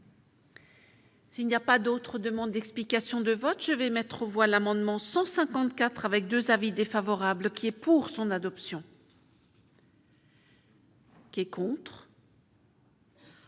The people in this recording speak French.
S'il n'y a pas d'autres demandes d'explications de vote, je vais mettre aux voix l'amendement 154 avec 2 avis défavorables qui est pour son adoption. Il n'est